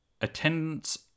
Attendance